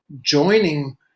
joining